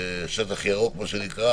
מה שנקרא